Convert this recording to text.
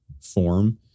form